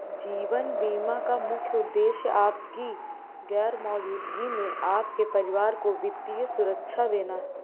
जीवन बीमा का मुख्य उद्देश्य आपकी गैर मौजूदगी में आपके परिवार को वित्तीय सुरक्षा देना